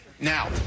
Now